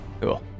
Cool